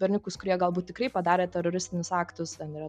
berniukus kurie galbūt tikrai padarė teroristinius aktus ten yra